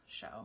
show